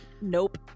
nope